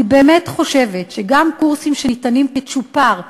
אני באמת חושבת שגם קורסים שניתנים כצ'ופר לחיילים,